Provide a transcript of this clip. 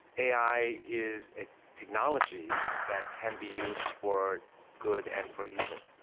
a i. is a technology that can be used for good and for evil.